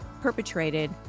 perpetrated